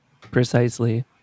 precisely